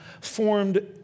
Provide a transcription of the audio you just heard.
formed